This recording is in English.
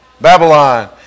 Babylon